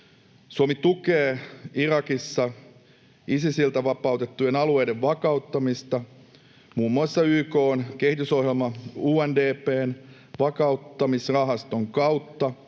Suomi tukee Irakissa Isisiltä vapautettujen alueiden vakauttamista muun muassa YK:n kehitysohjelma UNDP:n vakauttamisrahaston kautta